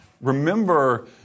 remember